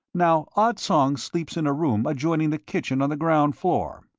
now, ah tsong sleeps in a room adjoining the kitchen on the ground floor.